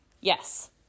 Yes